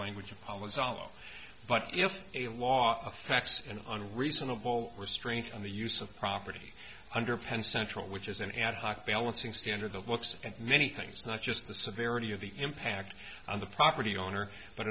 language of polish salo but if a law affects and on reasonable restraint on the use of property under pen central which is an ad hoc balancing standard of looks at many things not just the severity of the impact on the property owner but